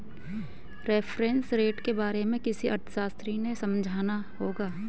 reference rate के बारे में किसी अर्थशास्त्री से समझना होगा